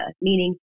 meaning